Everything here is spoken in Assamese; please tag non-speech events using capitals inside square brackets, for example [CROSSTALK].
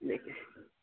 [UNINTELLIGIBLE]